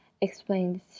explained